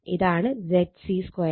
ഇതാണ് ZC 2